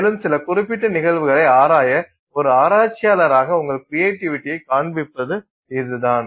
மேலும் சில குறிப்பிட்ட நிகழ்வுகளை ஆராய ஒரு ஆராய்ச்சியாளராக உங்கள் கிரியேட்டிவிட்டியை காண்பிப்பது இதுதான்